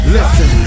Listen